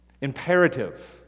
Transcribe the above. imperative